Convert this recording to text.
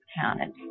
counted